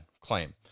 claim